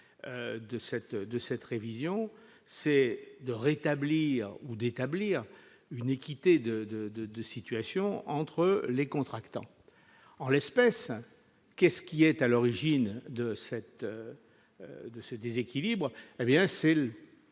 de cette révision, c'est de rétablir ou d'établir une équité de, de, de, de situation entre les contractants, en l'espèce, qu'est-ce qui est à l'origine de cette, de ce déséquilibre,